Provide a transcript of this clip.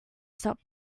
stop